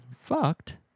fucked